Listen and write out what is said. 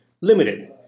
limited